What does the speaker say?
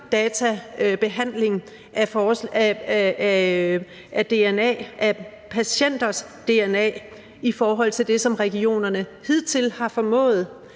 databehandling af patienters dna i forhold til det, som regionerne hidtil har formået,